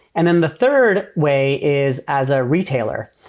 and then the third way is as a retailer.